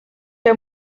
der